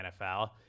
NFL